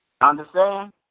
Understand